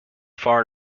far